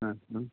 ആ ആ